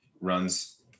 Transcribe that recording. runs